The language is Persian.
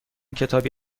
کتابی